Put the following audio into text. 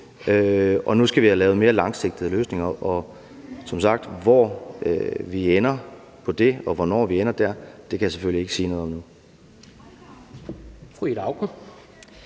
nu skal vi have lavet mere langsigtede løsninger. Og som sagt: Hvor vi ender henne på det punkt, og hvornår vi ender dér, kan jeg selvfølgelig ikke sige noget om nu.